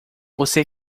você